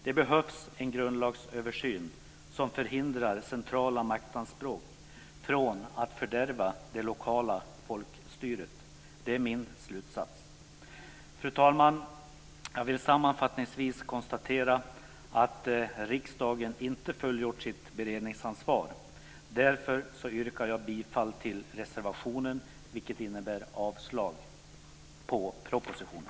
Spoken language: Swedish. Det behövs en grundlagsöversyn som förhindrar centrala maktanspråk från att fördärva det lokala folkstyret. Det är min slutsats. Fru talman! Jag vill sammanfattningsvis konstatera att riksdagen inte fullgjort sitt beredningsansvar. Därför yrkar jag bifall till reservationen, vilket innebär avslag på propositionen.